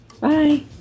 Bye